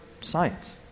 science